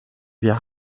wir